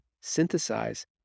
synthesize